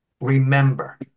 remember